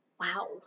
wow